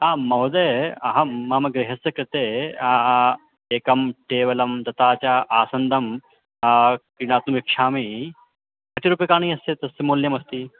आं महोयद अहं मम गृहस्य कृते एकं टेबलं तथा च आसन्दं क्रेतुमिच्छामि कति रूप्यकाणि अस्ति तस्य मूल्यमस्ति